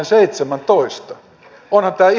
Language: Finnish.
onhan tämä ihan uskomatonta